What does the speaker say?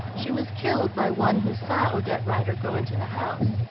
she was killed by one who saw odette rider go into the house,